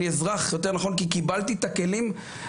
ואחרי זה נעבור לדיון שמבחינתי הוא דיון חשוב